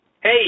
Hey